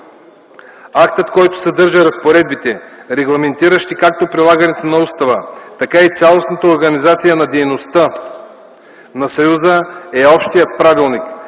Актът, който съдържа разпоредбите, регламентиращи както прилагането на устава, така и цялостната организация на дейността на съюза, е Общият правилник.